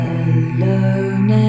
alone